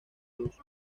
luz